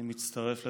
אני מצטרף לדבריך,